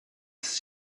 his